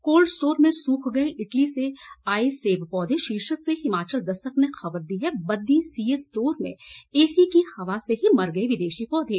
cold store में सूख गए इटली से आए सेब पौधे शीर्षक से हिमाचल दस्तक ने खबर दी है बद्दी सीए स्टोर में एसी की हवा से ही मर गए विदेशी पौधे